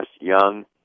young